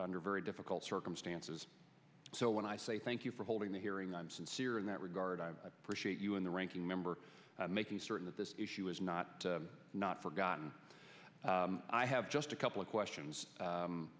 under very difficult circumstances so when i say thank you for holding the hearing i'm sincere in that regard i appreciate you in the ranking member making certain that this issue is not not forgotten i have just a couple of questions